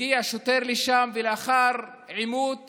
הגיע שוטר לשם ולאחר עימות